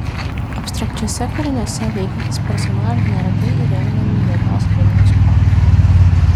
abstrakčiuose kūriniuose veikiantys personažai neretai įrėminami juodos linijos kontūru